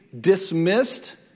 dismissed